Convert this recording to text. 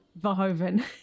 Verhoeven